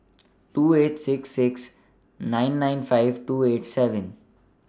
two eight six six nine nine five two eight seven